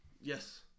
yes